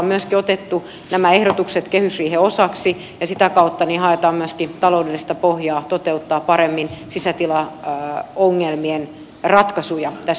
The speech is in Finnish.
me olemme myöskin ottaneet nämä ehdotukset kehysriihen osaksi ja sitä kautta haetaan myöskin taloudellista pohjaa toteuttaa paremmin sisätilaongelmien ratkaisuja tässä yhteiskunnassa